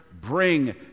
bring